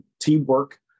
teamwork